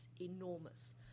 enormous